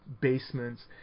basements